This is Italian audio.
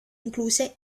incluse